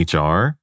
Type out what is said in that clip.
HR